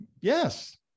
Yes